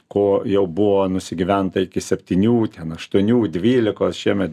ko jau buvo nusigyventa iki septynių ten aštuonių dvylikos šiemet